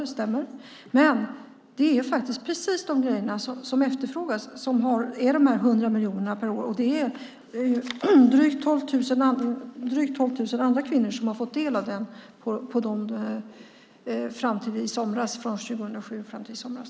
Det stämmer, men det är faktiskt precis de grejerna som efterfrågas som de 100 miljonerna per år är avsedda för. Det är drygt 12 000 andra kvinnor som har fått del av dem från 2007 fram till i somras.